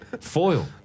Foil